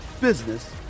business